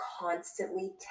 constantly